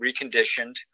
reconditioned